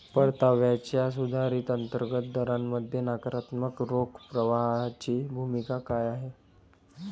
परताव्याच्या सुधारित अंतर्गत दरामध्ये नकारात्मक रोख प्रवाहाची भूमिका काय आहे?